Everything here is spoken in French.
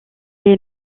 est